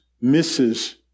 misses